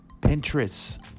Pinterest